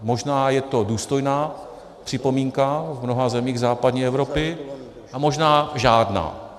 Možná je to důstojná připomínka v mnoha zemích západní Evropy, a možná žádná.